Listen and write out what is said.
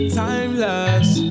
timeless